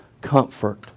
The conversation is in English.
Comfort